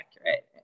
accurate